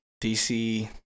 dc